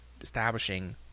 establishing